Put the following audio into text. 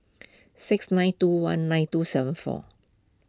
six nine two one nine two seven four